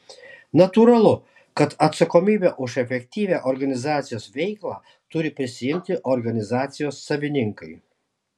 natūralu kad atsakomybę už efektyvią organizacijos veiklą turi prisiimti organizacijos savininkai